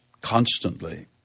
constantly